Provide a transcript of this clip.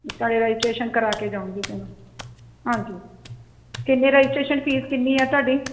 ਤਾਡੇ ਰਾਜਿਸਟਰੇਸ਼ਨ ਕਰਾਕੇ ਜਾਊਂਗੀ ਫੇਰ ਮੈਂ ਹਾਂਜੀ ਕਿੰਨੇ ਰਾਜਿਸਟ੍ਰੇਸ਼ਨ ਫੀਸ ਕਿੰਨੀ ਐ ਤੁਆਡੀ